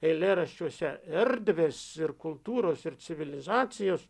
eilėraščiuose erdvės ir kultūros ir civilizacijos